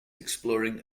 exploring